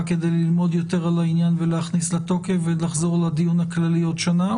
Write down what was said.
כדי ללמוד יותר על העניין ולהכניס לתוקף ולחזור לדיון הכללי עוד שנה?